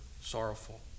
sorrowful